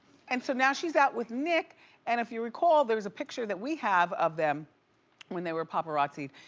and so now she's out with nick and if you recall, there's a picture that we have of them when they were paparazzied.